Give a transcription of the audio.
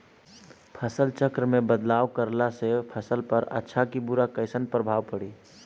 फसल चक्र मे बदलाव करला से फसल पर अच्छा की बुरा कैसन प्रभाव पड़ी?